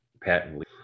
patently